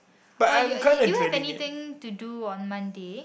or you you do you have anything to do on Monday